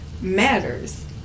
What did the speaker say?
matters